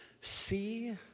See